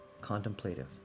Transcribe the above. contemplative